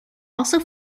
also